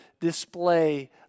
display